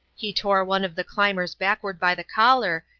he tore one of the climbers backward by the collar,